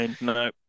No